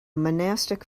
monastic